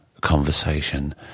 conversation